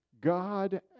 God